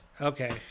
Okay